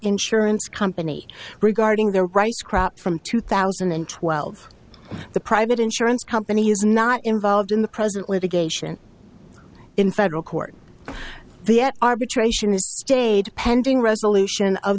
insurance company regarding their rice crop from two thousand and twelve the private insurance company is not involved in the present litigation in federal court the arbitration is stayed pending resolution of